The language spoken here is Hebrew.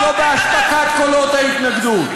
ומבכה, ומתנגד.